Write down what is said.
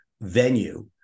venue